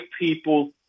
people